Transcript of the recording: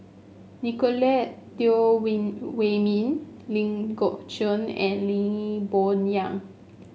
Nicolette Teo Wei Wei Min Ling Geok Choon and Lee Boon Yang